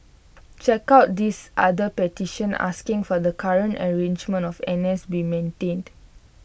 check out this other petition asking for the current arrangement of N S be maintained